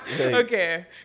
Okay